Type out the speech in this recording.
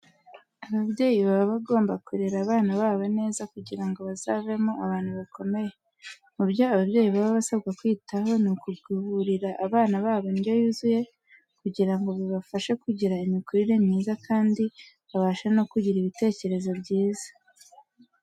Ababyeyi baba bagomba kurera abana babo neza kugira ngo bazavemo abantu bakomeye. Mu byo ababyeyi baba basabwa kwitaho ni ukugaburira abana babo indyo yuzuye kugira ngo bibafashe kugira imikurire myiza kandi babashe no kugira ibitekerezo byiza.